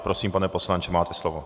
Prosím, pane poslanče, máte slovo.